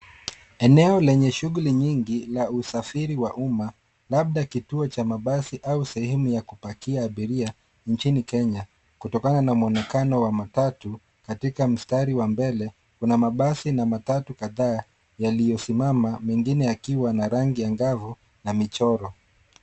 Eneo lenye shughuli nyingi la usafiri wa umma labda kituo cha mabasi au sehemu ya kupakia abiria nchini Kenya, kutokana na muonekano wa matatu. Katika mistari wa mbele kuna mabasi na matatu kataa yaliosimama mengi yakiwa na rangi ya angavu na michoro.